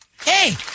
Hey